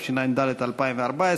התשע"ד 2014,